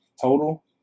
total